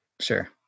sure